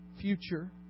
future